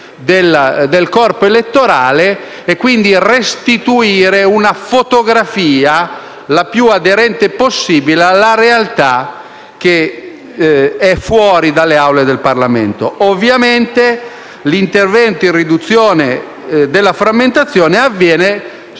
del corpo elettorale e restituire una fotografia più aderente possibile alla realtà che è fuori dalle Aule del Parlamento. L'intervento in riduzione della frammentazione avviene con